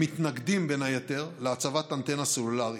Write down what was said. המתנגדים בין היתר להצבת אנטנה סלולרית.